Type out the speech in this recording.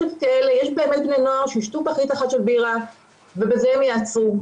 יש באמת בני נוער שיישתו פחית אחת של בירה ובזה הם יעצרו,